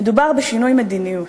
מדובר בשינוי מדיניות.